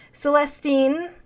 Celestine